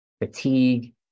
fatigue